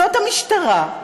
זאת המשטרה,